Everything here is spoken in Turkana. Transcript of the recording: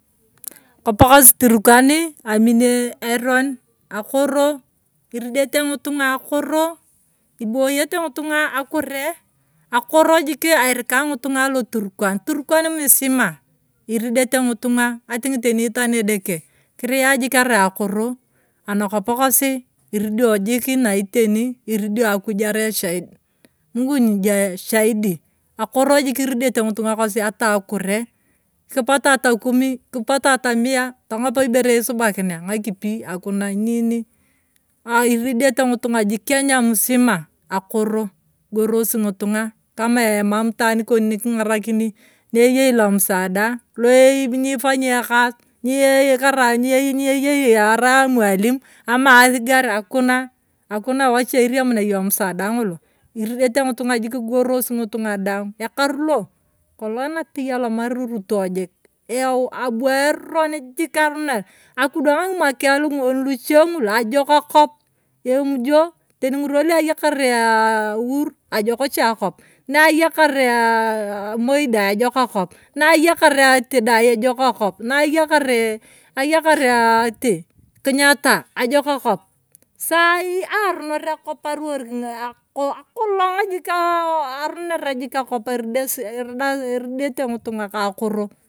Akop kosi turkani amini eron, akoro, mdete ng’itung a akoro, iboyete ng’itung’a akure, akoro jiki erika ng’itung’a aloturkan, turkan musima, iridete ng’itunga, atingi teni itaan edeke kiria jik arai akoro. Anakop kosi eridio jikna iteni, iridio akuj arai eshaid, mungu ndio shaidi, akoro jik iridiete ng’itung’a kosi, ata akure. Ukipata ata kumi, ukipata ata mia tong’op ibere isubakinia ng’akipi akona, nini, iridate ng’otung’a, kenya musima akoro, igorosi ng’otung’a tamaa emam itaan kon niking’arakini, nieyei lomusaada, loonyipanyi ekas nyiekarai nyieyei arai emwalimu ama asiger akuna, akuna wache iriemunia yong emusaada ng’olo, iridate ng’utang’a jik igorosi ng’itong’a daang ekaru lo kong’ol napei alomari ruto jik abueroni jik aroner akidwang ng’imwakia long’oon luchie ng’ul ajokik akop, emujio teni ng’imwa kae luayakar huru ajok cha akop, niayaka aa moi dai ajok akop, niayakar aati dai ajok akop, niayakar ee ayakar aati kenyatta ajok akop saai aroner akop aruwar aa akolong jik aa aroner jik akop eridesi iridate ng’itung’a ka akoro.